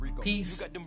Peace